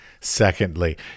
Secondly